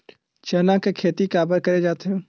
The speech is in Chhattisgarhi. चना के खेती काबर करे जाथे?